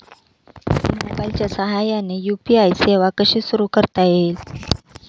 मोबाईलच्या साहाय्याने यू.पी.आय सेवा कशी सुरू करता येईल?